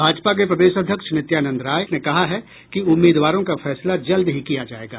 भाजपा के प्रदेश अध्यक्ष नित्यानंद राय ने कहा है कि उम्मीदवारों का फैसला जल्द ही किया जायेगा